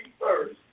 first